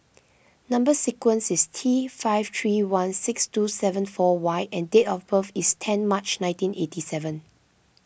Number Sequence is T five three one six two seven four Y and date of birth is ten March nineteen eighty seven